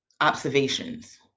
observations